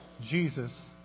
Jesus